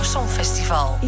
Songfestival